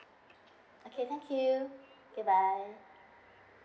okay thank you okay bye